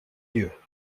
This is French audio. dieu